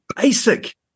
basic